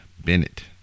Bennett